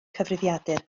cyfrifiadur